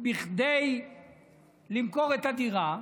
כדי למכור את הדירה,